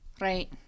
Right